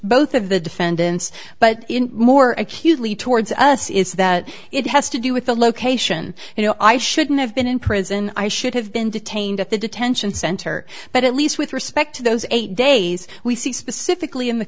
both of the defendants but in more acutely towards us is that it has to do with the location you know i shouldn't have been in prison i should have been detained at the detention center but at least with respect to those eight days we see specifically in the